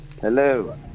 Hello